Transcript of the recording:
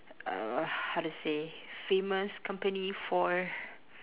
uh how to say famous company for